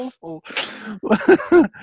awful